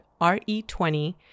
RE20